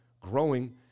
growing